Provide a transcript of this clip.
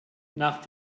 nach